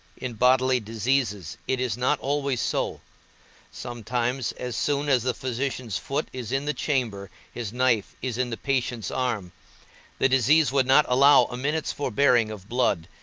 in bodily diseases it is not always so sometimes, as soon as the physician's foot is in the chamber, his knife is in the patient's arm the disease would not allow a minute's forbearing of blood,